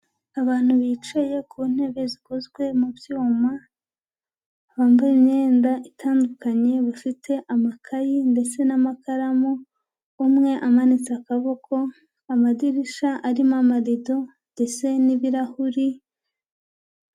Abantu bicaye ku ntebe zikozwe mu byuma, bambaye imyenda itandukanye bafite amakayi ndetse n'amakaramu, umwe amanitse akaboko, amadirishya arimo amarido ndetse n'ibirahuri.